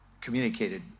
communicated